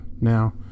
now